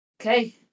Okay